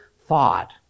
thought